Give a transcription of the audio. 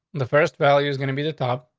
the first value is gonna be the top.